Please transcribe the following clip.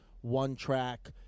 one-track